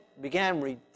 began